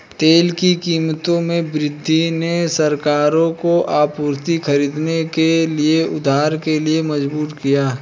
तेल की कीमतों में वृद्धि ने सरकारों को आपूर्ति खरीदने के लिए उधार के लिए मजबूर किया